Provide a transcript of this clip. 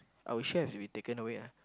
our chef we taken away ah